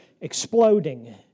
exploding